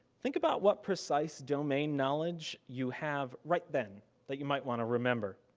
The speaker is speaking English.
think about what precise domain knowledge you have right then that you might want to remember.